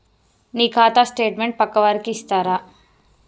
నా ఖాతా స్టేట్మెంట్ పక్కా వారికి ఇస్తరా?